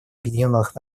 объединенных